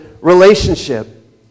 relationship